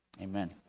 Amen